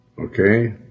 Okay